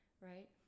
Right